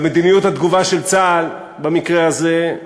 גם מדיניות התגובה של צה"ל, במקרה הזה,